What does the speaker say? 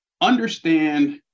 understand